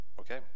Okay